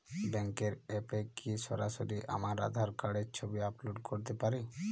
ব্যাংকের অ্যাপ এ কি সরাসরি আমার আঁধার কার্ড র ছবি আপলোড করতে পারি?